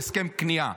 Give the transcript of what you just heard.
"הסכם כניעה".